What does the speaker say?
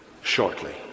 shortly